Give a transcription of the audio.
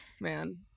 Man